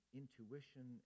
intuition